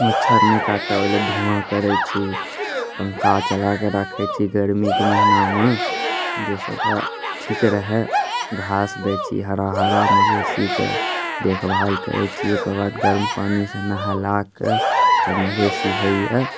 मच्छर नहि काटै ओहिलए धुइआँ करै छी पंखा चलाकऽ राखै छी गरमीके महिनामे जाहिसँ ओकरा ठीक रहै घास दै छी हरा हरा मवेशीके देखभाल करै छी ओकरबाद गरम पानीसँ नहेलाक जब मवेशी होइए